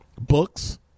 books